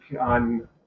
on